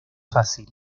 fácil